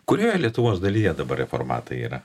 kurioje lietuvos dalyje dabar reformatai yra